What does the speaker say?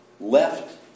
left